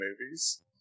movies